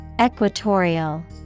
Equatorial